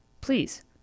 please